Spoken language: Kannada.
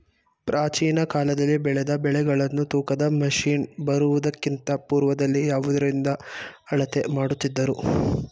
ಪ್ರಾಚೀನ ಕಾಲದಲ್ಲಿ ಬೆಳೆದ ಬೆಳೆಗಳನ್ನು ತೂಕದ ಮಷಿನ್ ಬರುವುದಕ್ಕಿಂತ ಪೂರ್ವದಲ್ಲಿ ಯಾವುದರಿಂದ ಅಳತೆ ಮಾಡುತ್ತಿದ್ದರು?